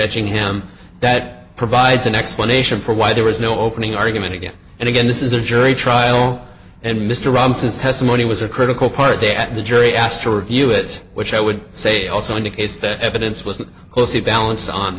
ing him that provides an explanation for why there was no opening argument again and again this is a jury trial and mr robinson's testimony was a critical part of the at the jury asked to review it which i would say also indicates that evidence was closely balanced on